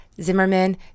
Zimmerman